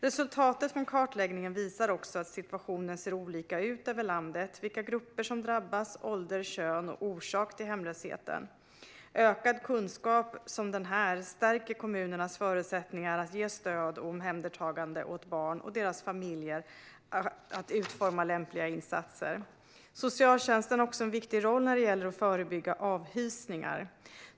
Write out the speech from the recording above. Resultatet från kartläggningen visar också att situationen ser olika ut över landet när det gäller vilka grupper som drabbas, ålder, kön, orsak till hemlösheten med mera. Ökad kunskap som denna stärker kommunernas förutsättningar att ge stöd och omhändertagande åt barn och deras familjer och utforma lämpliga insatser. Socialtjänsten har också en viktig roll när det gäller att förebygga avhysningar.